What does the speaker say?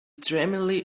extremely